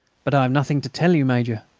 but i have nothing to tell you, major.